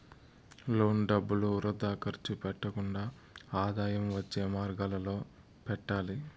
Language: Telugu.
లోన్ డబ్బులు వృథా ఖర్చు పెట్టకుండా ఆదాయం వచ్చే మార్గాలలో పెట్టాలి